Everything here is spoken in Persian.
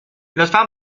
لطفا